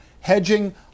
hedging